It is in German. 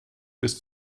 bis